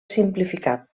simplificat